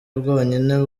bwonyine